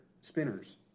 spinners